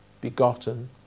begotten